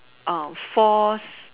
force